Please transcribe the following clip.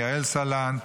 יעל סלנט,